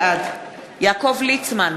בעד יעקב ליצמן,